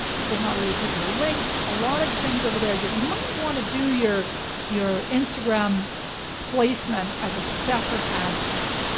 there's not really clickable links. a lot of things over there that you might want to do your your instagram placement as a separate ad set,